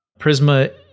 Prisma